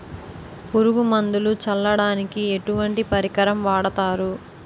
పురుగు మందులు చల్లడానికి ఎటువంటి పరికరం వాడతారు?